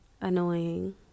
Annoying